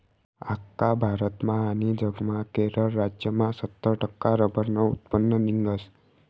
आख्खा भारतमा आनी जगमा केरळ राज्यमा सत्तर टक्का रब्बरनं उत्पन्न निंघस